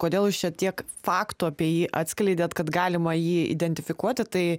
kodėl jūs čia tiek faktų apie jį atskleidėt kad galima jį identifikuoti tai